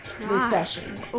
recession